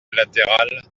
latérales